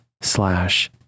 slash